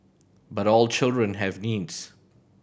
but all children have needs